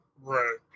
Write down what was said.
Right